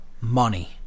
money